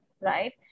right